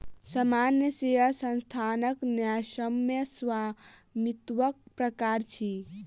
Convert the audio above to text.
सामान्य शेयर संस्थानक न्यायसम्य स्वामित्वक प्रकार अछि